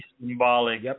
symbolic